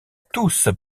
tous